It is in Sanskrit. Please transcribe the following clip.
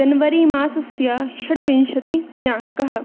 जन्वरी मासस्य षड्विंशतिदिनाङ्कः